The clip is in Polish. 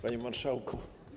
Panie Marszałku!